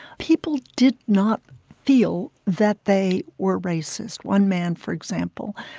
people did not feel that they were racist. one man, for example,